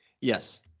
yes